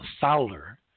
Fowler